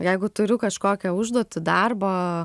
jeigu turiu kažkokią užduotį darbą